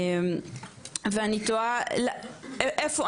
ואני תוהה איפה,